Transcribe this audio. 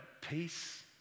peace